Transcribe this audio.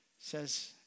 says